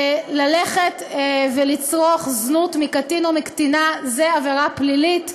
ללכת ולצרוך זנות מקטין או מקטינה זו עבירה פלילית.